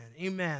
amen